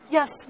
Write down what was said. Yes